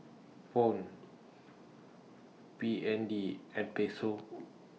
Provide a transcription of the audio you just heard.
phone B N D and Peso